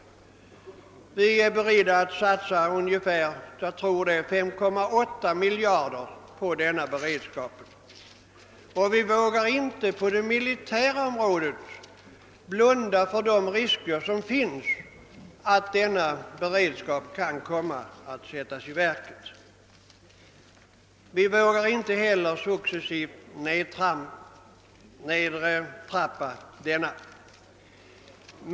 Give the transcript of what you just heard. Vi är beredda att satsa ungefär 5,8 miljarder kronor på denna beredskap. På det militära området vågar vi inte blunda för de risker som finns för att denna beredskap kan komma att sättas på prov. Vi vågar inte heller successivt göra en nedtrappning härvidlag.